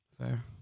Fair